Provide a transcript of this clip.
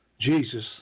Jesus